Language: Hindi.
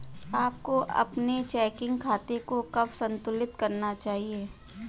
आपको अपने चेकिंग खाते को कब संतुलित करना चाहिए?